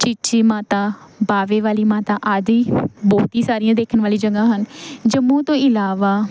ਚੀਚੀ ਮਾਤਾ ਬਾਵੇ ਵਾਲੀ ਮਾਤਾ ਆਦਿ ਬਹੁਤ ਹੀ ਸਾਰੀਆਂ ਦੇਖਣ ਵਾਲੀ ਜਗ੍ਹਾ ਹਨ ਜੰਮੂ ਤੋਂ ਇਲਾਵਾ